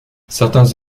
certains